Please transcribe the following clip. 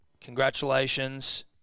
Congratulations